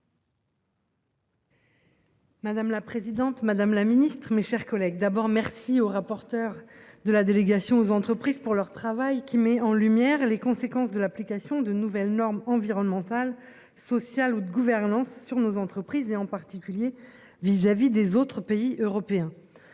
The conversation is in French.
Madame la présidente Madame la Ministre, mes chers collègues. D'abord merci au rapporteur de la délégation aux entreprises pour leur travail qui met en lumière les conséquences de l'application de nouvelles normes environnementales, sociales ou de gouvernance sur nos entreprises et en particulier vis-à-vis des autres pays européens.